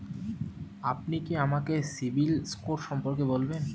আপনি কি আমাকে সিবিল স্কোর সম্পর্কে বলবেন?